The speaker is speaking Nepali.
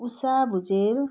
उषा भुजेल